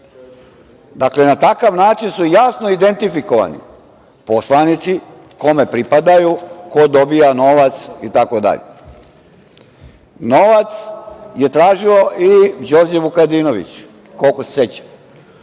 Dakle, na takav način su jasno identifikovani poslanici kome pripadaju, ko dobija novac itd. Novac je tražio i Đorđe Vukadinović, koliko se sećam.